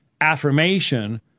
affirmation